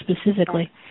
specifically